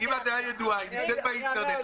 --- אם הדעה ידועה היא נמצאת באינטרנט,